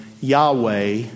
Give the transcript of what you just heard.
Yahweh